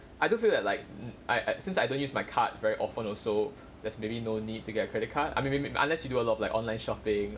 I don't feel like like um I I since I don't use my card very often also there's maybe no need to get a credit card I mean maybe unless you do a lot of like online shopping